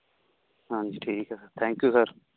ਹਾਂਜੀ ਠੀਕ ਐ ਥੈਂਕ ਯੂ ਸਰ